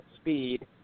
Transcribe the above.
speed